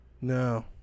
no